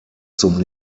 zum